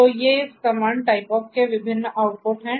तो ये इस कमांड typeof के विभिन्न आउटपुट हैं